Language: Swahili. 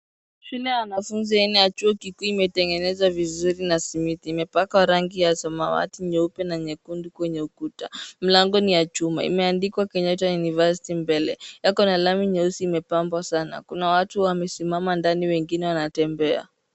Shule ya wanafunzi aina ya chuo kikuu imetengenezwa vizuri na simiti .Imepakwa rangi ya samawati nyeupe na nyekundu kwenye ukuta. Mlango ni ya chuma imeandikwa Kenyatta University mbele, yakona lami nyeusi imepambwa sana .Kuna watu wamesimama ndani wengine wanatembea.